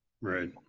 Right